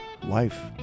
life